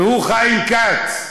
והוא חיים כץ.